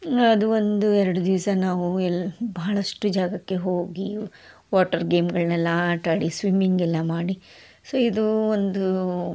ಅದು ಒಂದು ಎರಡು ದಿವಸ ನಾವು ಎಲ್ಲಿ ಬಹಳಷ್ಟು ಜಾಗಕ್ಕೆ ಹೋಗಿ ವಾಟರ್ ಗೇಮ್ಗಳ್ನೆಲ್ಲ ಆಟಾಡಿ ಸ್ವಿಮಿಂಗೆಲ್ಲ ಮಾಡಿ ಸೊ ಇದು ಒಂದು